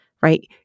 right